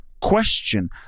Question